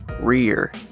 rear